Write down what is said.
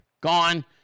gone